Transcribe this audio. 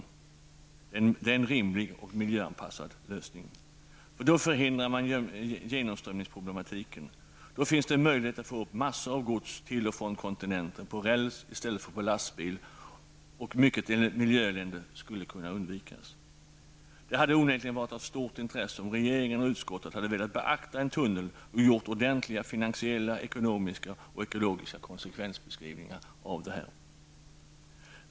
Det är en rimlig och miljöanpassad lösning. Då förhindrar man genomströmningsproblemen. Det finns då möjlighet att frakta massor av gods till och från kontinenten på räls i stället för på lastbil, och mycket miljöelände skulle kunna undvikas. Det hade onekligen varit av stort intresse om regeringen och utskottet hade velat beakta en tunnel och gjort ordentliga finansiella, ekonomiska och ekologiska konsekvensbeskrivningar.